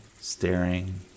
staring